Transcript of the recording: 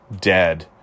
dead